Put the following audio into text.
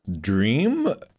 Dream